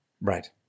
Right